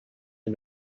and